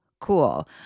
cool